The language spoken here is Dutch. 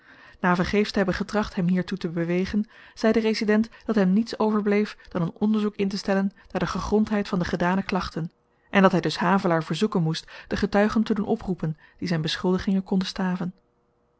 na vergeefs te hebben getracht hem hiertoe te bewegen zei de resident dat hem niets overbleef dan een onderzoek intestellen naar de gegrondheid van de gedane klachten en dat hy dus havelaar verzoeken moest de getuigen te doen oproepen die zyn beschuldigingen konden staven